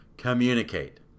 communicate